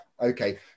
okay